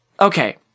Okay